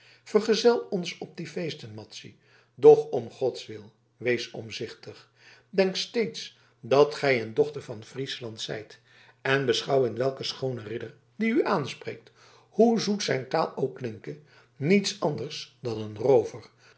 vergezel ons op die feesten madzy doch om gods wil wees omzichtig denk steeds dat gij een dochter van friesland zijt en beschouw in elken schoonen ridder die u aanspreekt hoe zoet zijn taal ook klinke niet anders dan een roover